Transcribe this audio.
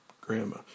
Grandma